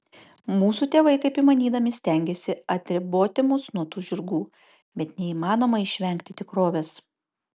mūsų tėvai kaip įmanydami stengėsi atriboti mus nuo tų žirgų bet neįmanoma išvengti tikrovės